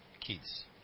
Kids